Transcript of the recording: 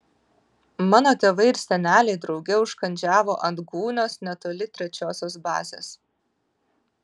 mano tėvai ir seneliai drauge užkandžiavo ant gūnios netoli trečiosios bazės